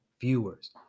viewers